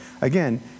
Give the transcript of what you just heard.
again